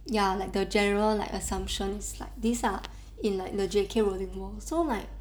ya like the general like assumptions like these ah in like the J_K rowling world so like